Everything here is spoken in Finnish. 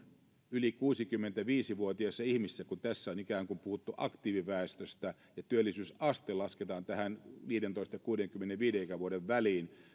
yli kuusikymmentäviisi vuotiaissa ihmisissä kun tässä on ikään kuin puhuttu aktiiviväestöstä ja työllisyysaste lasketaan viidentoista ja kuudenkymmenenviiden ikävuoden väliin